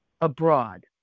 abroad